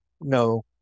No